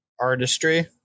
Artistry